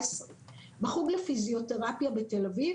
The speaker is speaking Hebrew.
הוא בערך 1:17. בחוק לפיזיותרפיה בתל אביב,